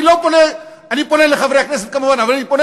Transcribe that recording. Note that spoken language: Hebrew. אני לא פונה לחברי הכנסת כמוהם אבל אני פונה